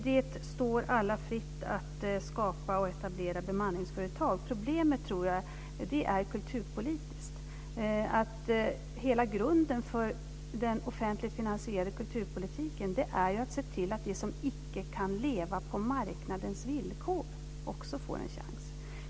Det står alla fritt att skapa och etablera bemanningsföretag. Jag tror att problemet är kulturpolitiskt. Hela grunden för den offentligt finansierade kulturpolitiken är ju att se till att de som inte kan leva på marknadens villkor också får en chans.